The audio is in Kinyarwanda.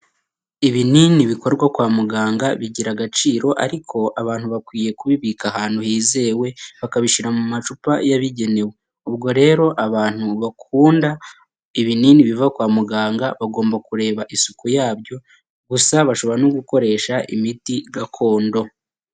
Ibinini bikorwa kwa muganga bigira gaciro ariko abantu bakwiye kubibika ahantu hizewe, bakabishyira mu macupa yabigenewe, ubwo rero abantu bakunda ibinini biva kwa muganga bagomba kureba isuku yabyo, gusa bashobora no gukoresha imiti gakondo.